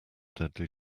deadly